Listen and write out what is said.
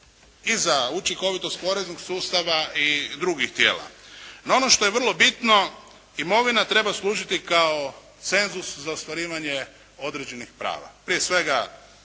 i za učinkovitost poreznog sustava i drugih tijela. No, ono što je vrlo bitno imovina treba služiti kao cenzus za ostvarivanje određenih prava. Prije svega